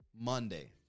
Monday